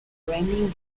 ramming